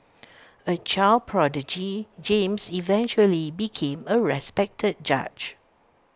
A child prodigy James eventually became A respected judge